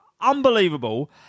unbelievable